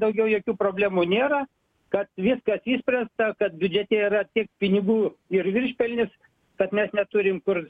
daugiau jokių problemų nėra kad viskas išspręsta kad biudžete yra tiek pinigų ir viršpelnis kad mes neturim kur